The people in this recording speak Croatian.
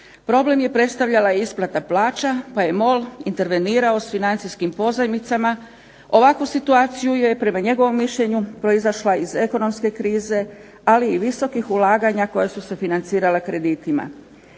Problem je predstavljala isplata plaća pa je MOL intervenirao s financijskim pozajmicama. Ovakva situacija je prema njegovom mišljenju proizašla iz ekonomske krize ali i visokih ulaganja koja su se financirala kreditima.